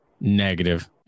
Negative